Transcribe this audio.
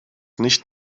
nicht